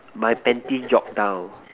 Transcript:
my panties drop down